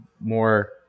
more